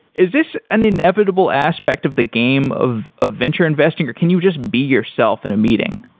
is this an inevitable aspect of the game of ah venture investing, or can you just be yourself in a meeting?